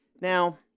Now